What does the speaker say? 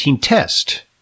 test